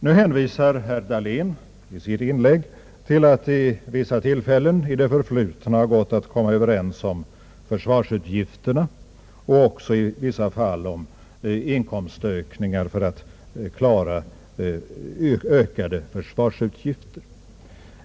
Nu hänvisar herr Dahlén i sitt inlägg till att det vid vissa tillfällen i det förflutna har gått att komma överens om försvarsutgifterna och även i vissa fall om inkomstökningar för att klara ökade försvarsutgifter.